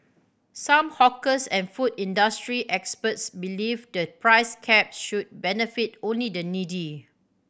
some hawkers and food industry experts believe the price cap should benefit only the needy